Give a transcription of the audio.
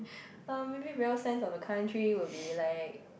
um maybe real sense of the country will be like